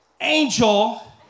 angel